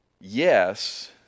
yes